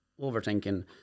overthinking